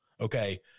Okay